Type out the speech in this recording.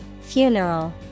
Funeral